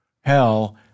Hell